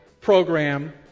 program